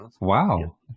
Wow